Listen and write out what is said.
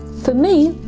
for me,